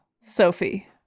Sophie